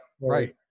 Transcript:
right